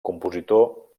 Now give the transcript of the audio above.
compositor